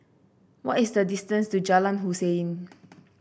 what is the distance to Jalan Hussein